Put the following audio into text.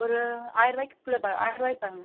ஒரு ஆயர்ரூவாய்க்கிக்குள்ளே ஆயர்ரூவாய்க்கு பாருங்கள்